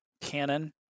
canon